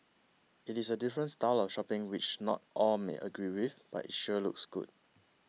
it is a different style of shopping which not all may agree with but it sure looks good